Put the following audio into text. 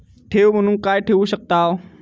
ठेव म्हणून काय ठेवू शकताव?